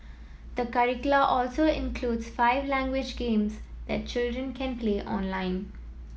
the curricula also includes five language games that children can play online